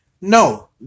no